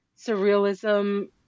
surrealism